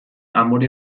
amore